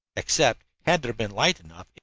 except, had there been light enough,